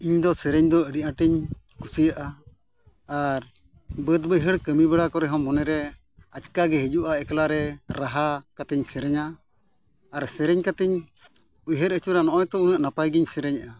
ᱤᱧᱫᱚ ᱥᱮᱨᱮᱧ ᱫᱚ ᱟᱹᱰᱤ ᱟᱴ ᱤᱧ ᱠᱩᱥᱤᱭᱟᱜᱼᱟ ᱟᱨ ᱵᱟᱹᱫᱽᱼᱵᱟᱹᱭᱦᱟᱹᱲ ᱠᱟᱹᱢᱤ ᱵᱟᱲᱟ ᱠᱚᱨᱮᱦᱚᱸ ᱢᱚᱱᱮᱨᱮ ᱟᱪᱠᱟᱜᱮ ᱦᱤᱡᱩᱜᱼᱟ ᱮᱠᱞᱟᱨᱮ ᱨᱟᱦᱟ ᱠᱟᱛᱮᱫ ᱤᱧ ᱥᱮᱨᱮᱧᱟ ᱟᱨ ᱥᱮᱨᱮᱧ ᱠᱟᱛᱮᱫ ᱤᱧ ᱩᱭᱦᱟᱹᱨ ᱟᱹᱪᱩᱨᱟ ᱱᱚᱜᱼᱚᱭ ᱛᱳ ᱩᱱᱟᱹᱜ ᱱᱟᱯᱟᱭᱜᱮᱧ ᱥᱮᱨᱮᱧᱫᱼᱟ